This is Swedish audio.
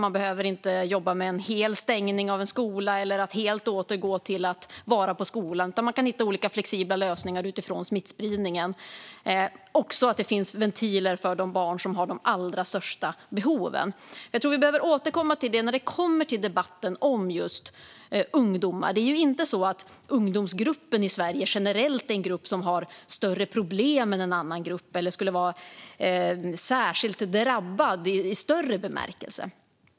Man behöver inte jobba med en hel stängning av en skola eller helt återgå till att vara på skolan, utan man kan hitta olika flexibla lösningar utifrån smittspridningen - också så att det finns ventiler för de barn som har de allra största behoven. Jag tror att vi behöver återkomma till detta när det kommer till debatten om just ungdomar: Det är ju inte så att ungdomsgruppen i Sverige generellt har större problem än någon annan grupp eller skulle vara särskilt drabbad i större bemärkelse.